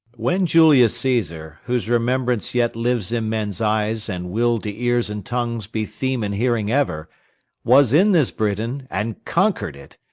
when julius caesar whose remembrance yet lives in men's eyes, and will to ears and tongues be theme and hearing ever was in this britain, and conquer'd it,